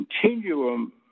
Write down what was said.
continuum